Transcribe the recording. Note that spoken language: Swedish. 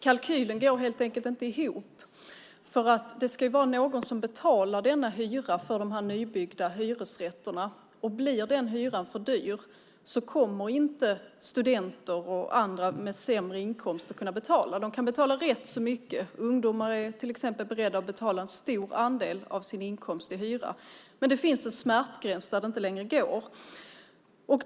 Kalkylen går helt enkelt inte ihop. Det ska vara någon som betalar denna hyra för de nybyggda hyresrätterna. Blir den hyran för dyr kommer inte studenter och andra med sämre inkomster att kunna betala. De kan betala rätt så mycket - ungdomar är beredda att betala en stor del av sin inkomst i hyra - men det finns en smärtgräns där det inte längre går.